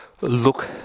look